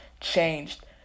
changed